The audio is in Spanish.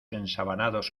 ensabanados